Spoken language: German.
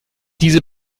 diese